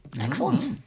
Excellent